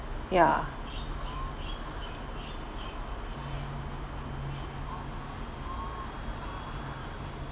ya